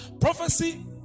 prophecy